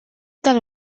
del